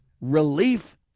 relief